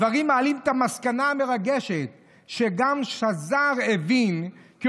הדברים מעלים את המסקנה המרגשת שגם שזר הבין כי